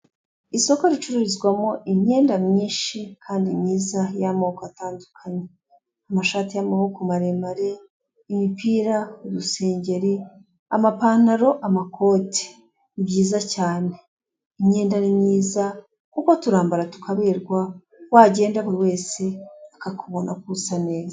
Isoko ricururizwamo imyenda myinshi kandi myiza y'amoko atandukanye amashati y'amaboko maremare, imipira, uduusengeri, amapantaro ,amakoti ni byiza cyane imyenda ni myiza kuko turambara tukaberwa wagenda buri wese akakubona kuzasa neza.